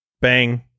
bang